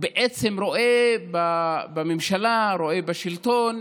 בעצם רואה בממשלה, בשלטון,